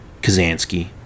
Kazansky